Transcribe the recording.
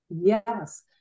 Yes